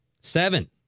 Seven